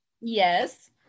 Yes